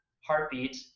heartbeat